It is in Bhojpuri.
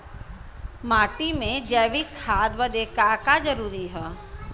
माटी में जैविक खाद बदे का का जरूरी ह?